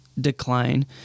decline